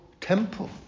temple